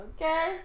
Okay